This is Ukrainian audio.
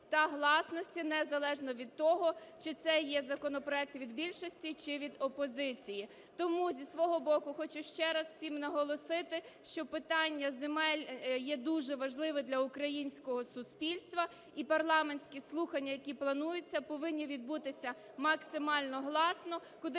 та гласності, незалежно від того, чи це є законопроект від більшості чи від опозиції. Тому зі свого боку хочу ще раз всім наголосити, що питань земель є дуже важливе для українського суспільства і парламентські слухання, які плануються, повинні відбутися максимально гласно,